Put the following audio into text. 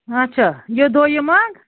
اَچھا یہِ دۄہ یہِ منگ